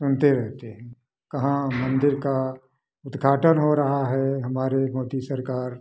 सुनते रहते हैं कहाँ मंदिर का उद्घाटन हो रहा है हमारे मोदी सरकार